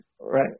Right